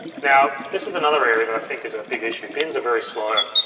now this is another area that i think is a big issue. bins are very slow.